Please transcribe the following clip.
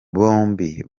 bombi